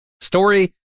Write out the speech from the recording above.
Story